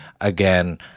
again